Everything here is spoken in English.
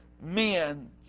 men